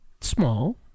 small